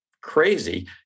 crazy